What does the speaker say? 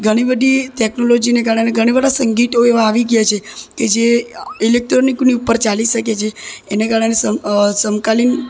ઘણી બધી ટેક્નોલોજીને કારણે ઘણા બધા સંગીતો એવા આવી ગ્યા છે કે જે ઇલેક્ટ્રોનિકની ઉપર ચાલી શકે છે એને કારણે સમ સમકાલીન